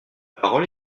parole